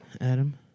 adam